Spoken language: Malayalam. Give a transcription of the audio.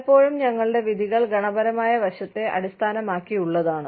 പലപ്പോഴും ഞങ്ങളുടെ വിധികൾ ഗുണപരമായ വശത്തെ അടിസ്ഥാനമാക്കിയുള്ളതാണ്